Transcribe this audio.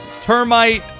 termite